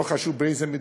לא חשוב באיזו מדינה,